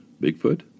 Bigfoot